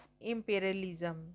imperialism